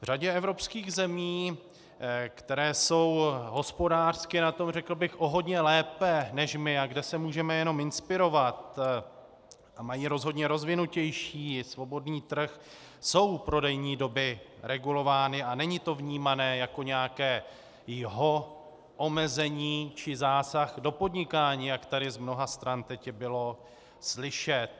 V řadě evropských zemí, které jsou na tom hospodářsky, řekl bych, o hodně lépe než my a kde se můžeme jenom inspirovat, mají rozhodně rozvinutější svobodný trh, jsou prodejní doby regulovány a není to vnímané jako nějaké jho, omezení či zásah do podnikání, jak tady z mnoha stran teď bylo slyšet.